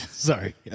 Sorry